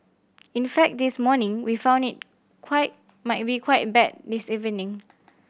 in fact this morning we found it quite might be quite bad this evening